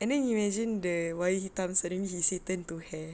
and then imagine the wire hitam string it turns to hair